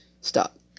stop